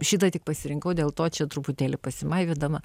šitą tik pasirinkau dėl to čia truputėlį pasimaivydama